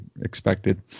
expected